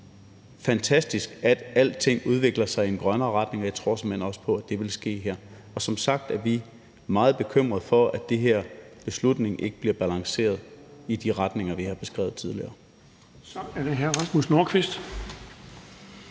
fantastisk, at alting udvikler sig i en grønnere retning, og jeg tror såmænd også på, at det vil ske her. Som sagt er vi meget bekymrede for, at den her beslutning ikke bliver balanceret i forhold til de retninger, vi har beskrevet tidligere. Kl. 20:03 Den fg. formand